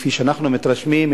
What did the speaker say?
כפי שאנחנו מתרשמים,